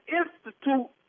institute